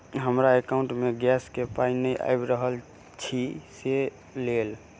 हमरा एकाउंट मे गैस केँ पाई नै आबि रहल छी सँ लेल?